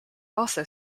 also